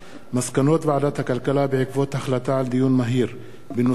מסקנות ועדת הכלכלה בעקבות דיונים מהירים בנושאים: